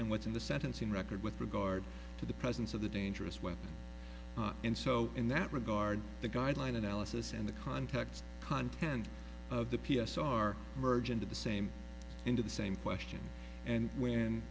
and what's in the sentencing record with regard to the presence of the dangerous weapon and so in that regard the guideline analysis and the context content of the p s r merge into the same into the same question and when